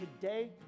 today